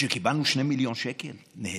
עכשיו,